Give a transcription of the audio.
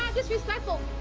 disrespectful.